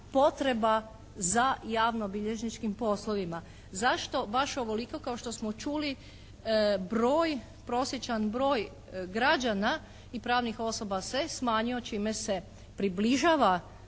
potreba za javnobilježničkim poslovima. Zašto baš ovoliko kao što smo čuli broj, prosječan broj građana i pravnih osoba se smanjio čime se približava